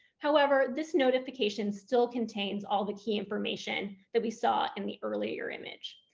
however, this notification still contains all the key information that we saw in the earlier image.